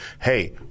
hey